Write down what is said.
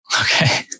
Okay